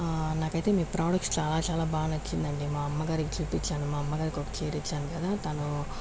నాకైతే మీ ప్రొడక్ట్స్ చాలా చాలా బాగా నచ్చిందండి మా అమ్మగారికి చూపించాను మా అమ్మగారికి ఒక చీర ఇచ్చాను కదా తను